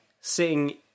sitting